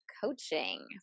coaching